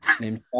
named